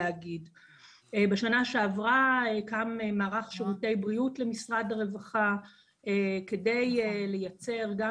בשנה שעברה קם מערך שירותי בריאות למשרד הרווחה כדי לייצר גם